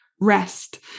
Rest